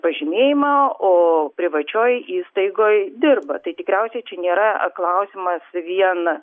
pažymėjimą o privačioj įstaigoj dirba tai tikriausiai čia nėra klausimas vien